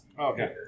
Okay